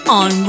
on